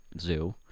zoo